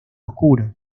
oscuro